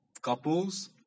couples